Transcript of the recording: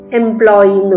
employee